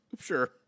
sure